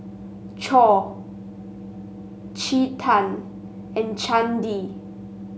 Choor Chetan and Chandi